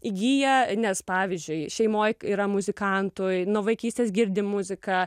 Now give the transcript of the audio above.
įgyja nes pavyzdžiui šeimoj yra muzikantų nuo vaikystės girdi muziką